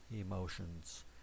emotions